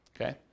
okay